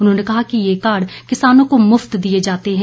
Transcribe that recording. उन्होंने कहा कि ये कार्ड किसानों को मुफ्त दिए जाते हैं